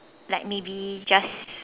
like maybe just